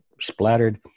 splattered